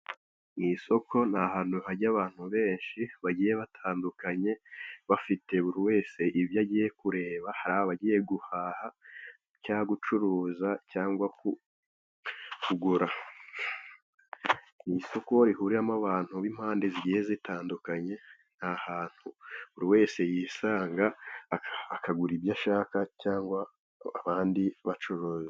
Mu isoko ni ahantu hajya abantu benshi bagiye batandukanye, bafite buri wese ibyo agiye kureba, hari abagiye guhaha, cyangwa gucuruza, cyangwa kugura. Ni isoko rihuriramo abantu b'impande zigiye zitandukanye, ni ahantu buri wese yisanga, akagura ibyo ashaka, cyangwa abandi bacuruza.